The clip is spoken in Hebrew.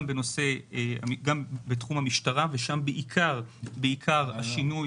גם בתחום המשטרה, ושם בעיקר השינוי